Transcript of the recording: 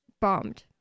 bombed